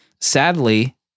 sadly